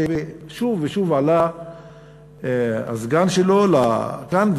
ושוב ושוב עלה הסגן שלו לכאן,